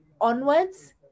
onwards